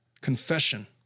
confession